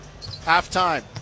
halftime